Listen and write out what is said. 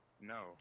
No